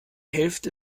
hälfte